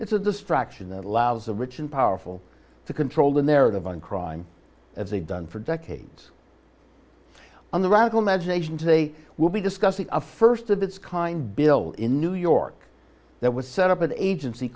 it's a distraction that allows a rich and powerful to control the narrative and crime as they've done for decades on the radical imagination today will be discussing a first of its kind bill in new york that was set up an agency